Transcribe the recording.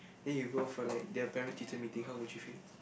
then you go for like their parent teacher meeting how would you feel